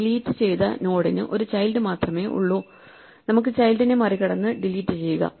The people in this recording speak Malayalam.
ഡിലീറ്റ് ചെയ്ത നോഡിന് ഒരു ചൈൽഡ് മാത്രമേയുള്ളൂ നമുക്ക് ചൈൽഡിനെ മറികടന്ന് ഡിലീറ്റ് ചെയ്യുക